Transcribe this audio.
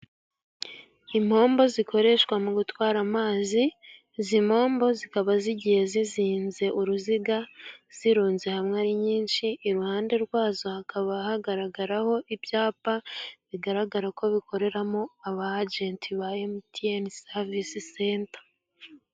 Impombo zikoreshwa mu gutwara amazi, izi mpombo zikaba zigiye zizinze uruziga zirunze hamwe ari nyinshi, iruhande rwazo hakaba hagaragaraho ibyapa bigaragarako bikoreramo aba ajenti ba Emutiyene savici senta.